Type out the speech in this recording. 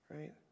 right